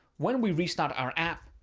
when we restart our app,